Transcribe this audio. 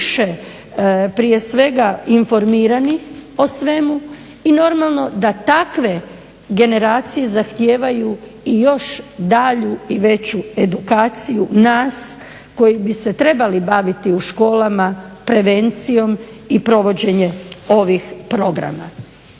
prije svega informirani o svemu i normalno da takve generacije zahtijevaju i još dalju i veću edukaciju nas koji bi se trebali baviti u školama prevencijom i provođenjem ovih programa.